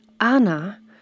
Anna